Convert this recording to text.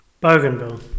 Bougainville